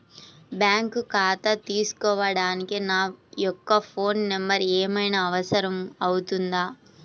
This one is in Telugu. బ్యాంకు ఖాతా తీసుకోవడానికి నా యొక్క ఫోన్ నెంబర్ ఏమైనా అవసరం అవుతుందా?